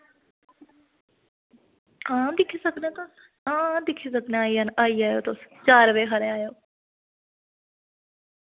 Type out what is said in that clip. हां दिक्खी सकने तुस हां हां दिक्खी सकने आई जाना आई जाएओ तुस चार बजे हारे आएओ